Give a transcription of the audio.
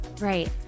Right